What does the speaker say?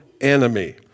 enemy